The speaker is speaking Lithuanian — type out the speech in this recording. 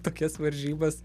tokias varžybas